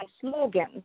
slogan